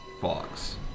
Fox